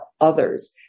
others